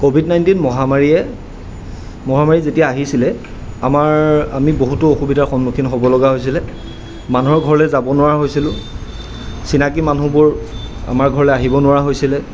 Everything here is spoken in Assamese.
ক'ভিড নাইণ্টিন মহামাৰীয়ে মহামাৰী যেতিয়া আহিছিলে আমাৰ আমি বহুতো অসুবিধাৰ সন্মুখীন হ'ব লগা হৈছিলে মানুহৰ ঘৰলে যাব নোৱাৰা হৈছিলোঁ চিনাকী মানুহবোৰ আমাৰ ঘৰলৈ আহিব নোৱাৰা হৈছিলে